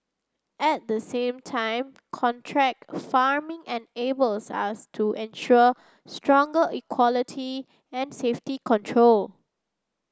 at the same time contract farming enables us to ensure stronger quality and safety control